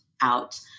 out